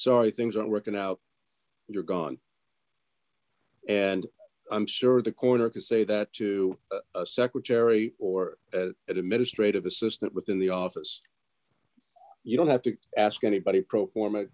you things aren't working out you're gone and i'm sure the corner could say that to secretary or administrative assistant within the office you don't have to ask anybody pro forma